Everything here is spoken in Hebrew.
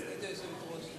סגנית היושבת-ראש.